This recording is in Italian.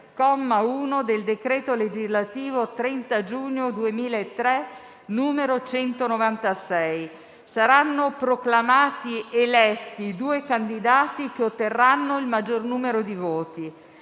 1, del decreto legislativo 30 giugno 2003, n. 196. Saranno proclamati eletti i due candidati che otterranno il maggior numero di voti.